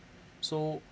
so